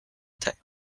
type